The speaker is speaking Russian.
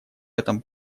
этом